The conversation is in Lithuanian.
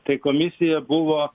tai komisija buvo